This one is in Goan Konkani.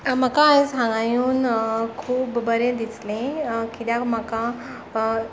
म्हाका आयज हांगा येवून खूब बरें दिसलें कित्याक म्हाका